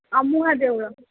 ଅମୁହାଁ ଦେଉଳ